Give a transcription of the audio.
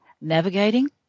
navigating